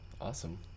awesome